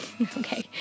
Okay